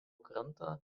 krantą